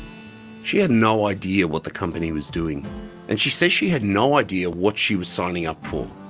she had no idea what the company was doing and she says she had no idea what she was signing up for.